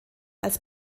als